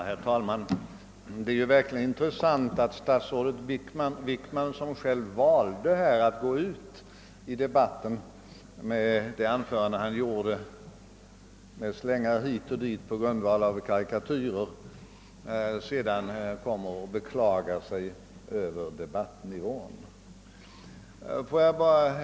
Herr talman! Det är verkligen intressant att statsrådet Wickman, som själv valde att gå ut i debatten med slängar hit och dit på grundval av karikatyrer, sedan beklagar sig över debattnivån.